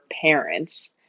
parents